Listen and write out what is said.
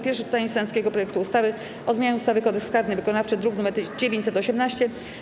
Pierwsze czytanie senackiego projektu ustawy o zmianie ustawy - Kodeks karny wykonawczy, druk nr 918,